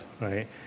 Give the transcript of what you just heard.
right